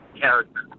character